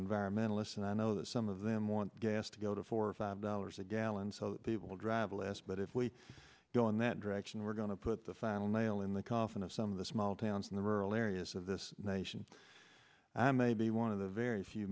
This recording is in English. environmentalists and i know that some of them want gas to go to four or five dollars a gallon so people will drive less but if we go in that direction we're going to put the final nail in the coffin of some of the small towns in the rural areas of this nation and i may be one of the very few